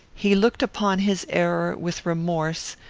he looked upon his error with remorse,